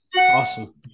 Awesome